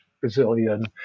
Brazilian